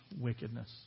wickedness